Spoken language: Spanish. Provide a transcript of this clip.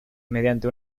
mediante